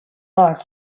large